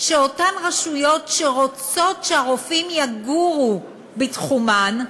שאותן רשויות שרוצות שהרופאים יגורו בתחומן,